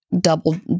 double